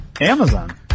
Amazon